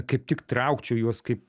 kaip tik traukčiau juos kaip